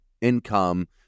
income